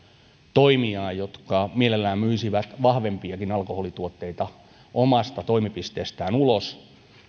toimijaa jotka mielellään myisivät vahvempiakin alkoholituotteita omasta toimipisteestään ulos